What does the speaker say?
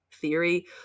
theory